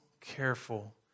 careful